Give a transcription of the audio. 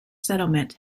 settlement